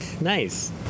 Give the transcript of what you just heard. Nice